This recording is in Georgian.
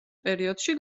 პერიოდში